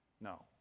No